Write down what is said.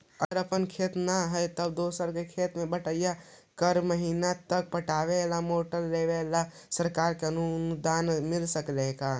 अगर अपन खेत न है और दुसर के खेत बटइया कर महिना त पटावे ल मोटर लेबे ल सरकार से अनुदान मिल सकले हे का?